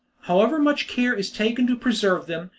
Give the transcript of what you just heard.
however much care is taken to preserve them,